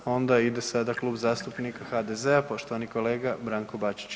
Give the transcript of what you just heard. Onda ide sada Klub zastupnika HDZ-a poštovani kolega Branko Bačić.